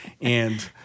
and-